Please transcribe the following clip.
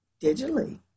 digitally